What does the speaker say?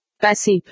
Passive